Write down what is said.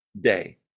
day